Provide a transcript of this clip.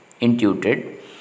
intuited